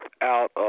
out